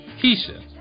Keisha